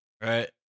right